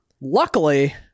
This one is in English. Luckily